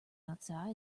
outside